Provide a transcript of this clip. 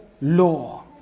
law